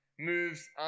moves